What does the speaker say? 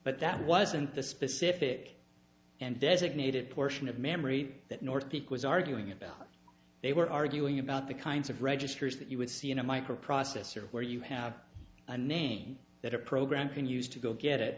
but that wasn't the specific and designated portion of memory that north peak was arguing about they were arguing about the kinds of registers that you would see in a microprocessor where you have a name that a program can use to go get it